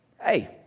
hey